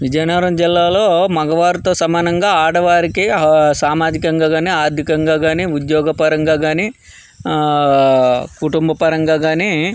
విజయనగరం జిల్లాలో మగవారితో సమానంగా ఆడవారికి సామాజికంగా కాని ఆర్థికంగా కాని ఉద్యోగ పరంగా కాని కుటుంబ పరంగా కాని